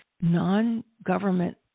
non-government